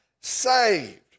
saved